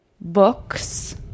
books